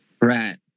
right